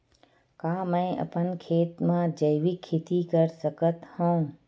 का मैं अपन खेत म जैविक खेती कर सकत हंव?